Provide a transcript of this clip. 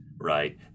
right